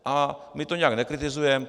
A my to nijak nekritizujeme.